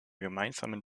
gemeinsamen